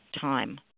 time